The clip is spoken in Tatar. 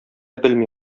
белми